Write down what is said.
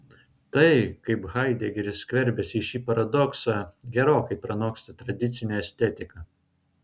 tai kaip haidegeris skverbiasi į šį paradoksą gerokai pranoksta tradicinę estetiką